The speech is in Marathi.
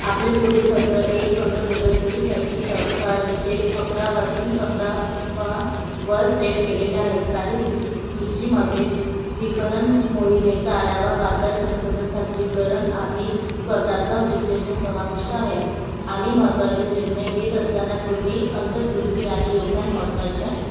आपले पुढील सत्र एक पंधरा दोन हजार चोवीससाठी सकाळचे अकरा वाजून पंधरा वा वर सेट केलेले आहे कार्यसु सूचीमध्ये विपणन मोहिमेचा आढावा बाजार संशोधन सादरीकरण आणि स्पर्धात्मक विश्लेषण समाविष्ट आहेत आम्ही महत्त्वाचे निर्णय घेत असताना तुम्ही अंतर्दृष्टी आणि योगदान महत्त्वाचे आहे